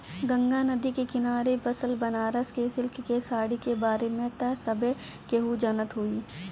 गंगा नदी के किनारे बसल बनारस के सिल्क के साड़ी के बारे में त सभे केहू जानत होई